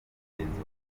mugenzi